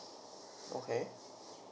okay